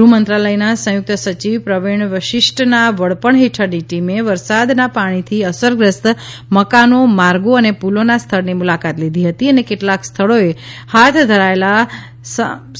ગૃહમંત્રાલયના સંયુક્ત સચિવ પ્રવિણ વશિષ્ઠના વડપણ હેઠળની ટીમે વરસાદના પાણીથી અસરગ્રસ્ત મકાનો માર્ગો અને પુલોના સ્થળની મુલાકાત લીધી હતી અને કેટલાક સ્થળોએ હાથ ધરાયેલા